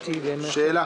יש לי שאלה.